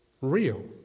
real